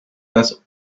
dass